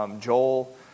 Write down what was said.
Joel